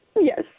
Yes